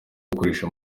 gukoresha